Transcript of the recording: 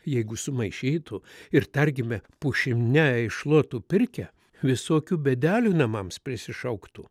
jeigu sumaišytų ir tarkime pušim ne iššluotų pirkią visokių bėdelių namams prisišauktų